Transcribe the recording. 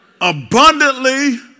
abundantly